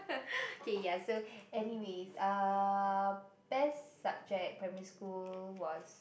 k ya so anyways uh best subject primary school was